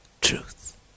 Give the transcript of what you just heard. truth